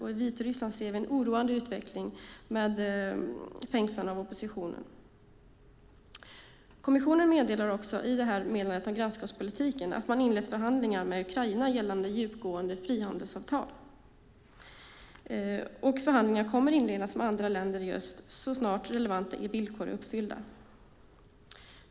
I Vitryssland ser vi en oroande utveckling med fängslande av personer i oppositionen. Kommissionen säger i meddelandet om grannskapspolitiken att man har inlett förhandlingar med Ukraina gällande djupgående frihandelsavtal. Förhandlingar kommer att inledas med andra länder i öst så snart relevanta villkor är uppfyllda.